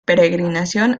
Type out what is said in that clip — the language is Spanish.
peregrinación